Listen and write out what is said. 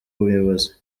umuyobozi